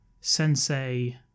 Sensei